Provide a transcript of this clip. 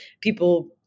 people